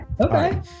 okay